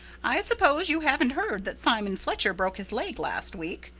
i suppose you haven't heard that simon fletcher broke his leg last week.